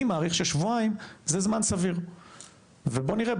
אני מעריך ששבועיים זה זמן סביר ובוא נראה,